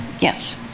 Yes